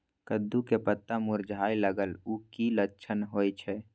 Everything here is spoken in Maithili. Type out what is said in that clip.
कद्दू के पत्ता मुरझाय लागल उ कि लक्षण होय छै?